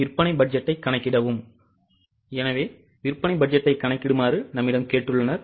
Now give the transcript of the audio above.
விற்பனை பட்ஜெட்டைக் கணக்கிடவும் அவர்கள் எங்களிடம் கேட்டுள்ளனர்